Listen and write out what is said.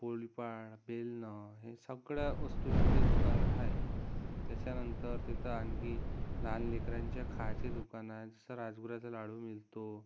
पोळपाट बेलणं हे सगळ्या वस्तूची ते दुकान हाय त्याच्यानंतर तिथं आणखी लहान लेकरांच्या खायची दुकानं आहे जसा राजगिऱ्याचा लाडू मिळतो